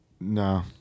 No